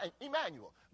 Emmanuel